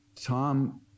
Tom